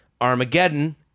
armageddon